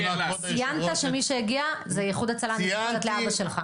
כבוד היושב ראש -- ציינת שמי שהגיע זה איחוד והצלה הגיע לאבא שלך.